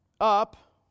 up